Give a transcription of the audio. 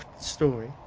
story